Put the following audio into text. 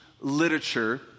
literature